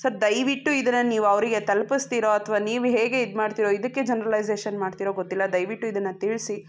so ದಯವಿಟ್ಟು ಇದನ್ನು ನೀವು ಅವರಿಗೆ ತಲ್ಪಿಸ್ತೀರೋ ಅಥವಾ ನೀವು ಹೇಗೆ ಇದು ಮಾಡ್ತೀರೋ ಇದಕ್ಕೆ ಜನರಲೈಸೇಶನ್ ಮಾಡ್ತೀರೋ ಗೊತ್ತಿಲ್ಲ ದಯವಿಟ್ಟು ಇದನ್ನು ತಿಳಿಸಿ